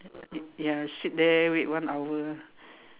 ya sit there wait one hour